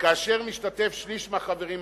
וכאשר משתתף שליש מהחברים הקבועים.